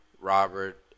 Robert